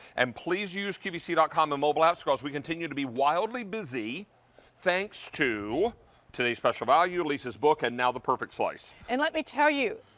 and please use qvc dot com and mobile apps because we continue to be wildly busy thanks to today's special value, lisa's book and now the perfect slice. and let me tell you,